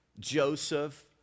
Joseph